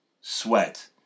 sweat